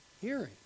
hearing